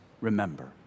remember